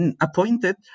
appointed